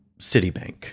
citibank